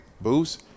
Booze